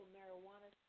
Marijuana